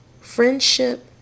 friendship